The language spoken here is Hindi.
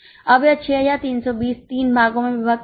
अब यह 6320 तीन भागों में विभाजित है